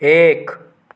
एक